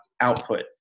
Output